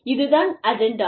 இதுதான் அஜெண்டா